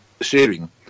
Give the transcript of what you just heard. sharing